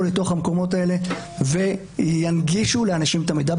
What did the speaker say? למקומות האלה וינגישו לאנשים את המידע.